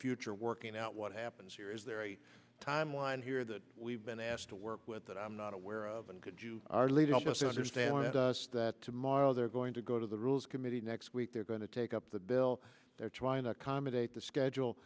future working out what happens here is there a timeline here that we've been asked to work with that i'm not aware of and could you are leading the senators than that tomorrow they're going to go to the rules committee next week they're going to take up the bill they're trying to accommodate the schedule